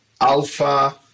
Alpha